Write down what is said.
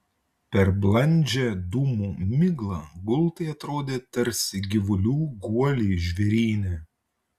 per blandžią dūmų miglą gultai atrodė tarsi gyvulių guoliai žvėryne